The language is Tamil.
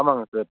ஆமாங்க சார்